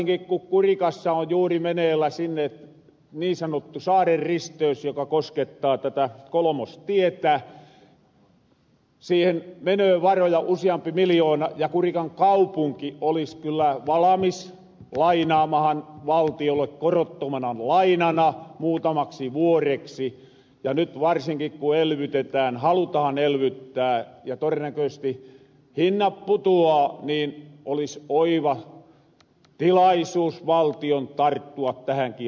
ehrottaasinkin ku kurikassa on juuri meneillä sinne niin sanottu saaren risteys joka koskettaa tätä kolmostietä siihen menöö varoja usiampi miljoona ja kurikan kaupunki olis kyllä valamis lainaamahan valtiolle korottomana lainana muutamaksi vuoreksi ja nyt varsinkin ku elvytetään halutahan elvyttää ja torennäköisesti hinnat putuaa niin olis oiva tilaisuus valtion tarttua tähänki ansaan